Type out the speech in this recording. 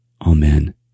Amen